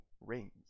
rings